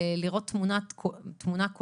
לראות תמונה כוללת,